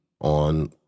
on